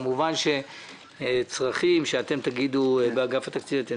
כמובן שצרכים שאתם תגידו באגף התקציבים,